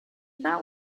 thought